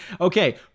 Okay